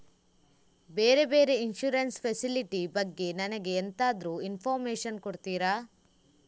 ಬೇರೆ ಬೇರೆ insurance facility ಬಗ್ಗೆ ನನಗೆ ಎಂತಾದ್ರೂ ಇನ್ಫೋರ್ಮೇಷನ್ ಕೊಡ್ತೀರಾ?